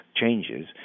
changes